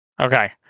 Okay